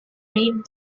raid